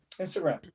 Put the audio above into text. Instagram